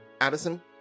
Addison